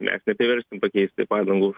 mes nepriversim pakeisti padangų